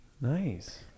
Nice